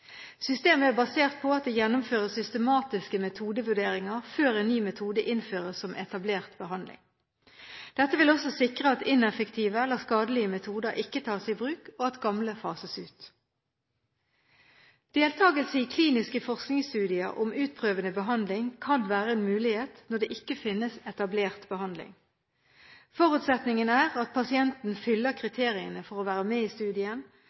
Systemet er basert på at det gjennomføres systematiske metodevurderinger før en ny metode innføres som etablert behandling. Dette vil også sikre at ineffektive eller skadelige metoder ikke tas i bruk og at gamle metoder fases ut. Deltakelse i kliniske forskningsstudier om utprøvende behandling kan være en mulighet når det ikke finnes etablert behandling. Forutsetningen er at pasienten fyller kriteriene for å være med i studien.